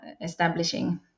establishing